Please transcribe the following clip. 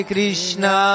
Krishna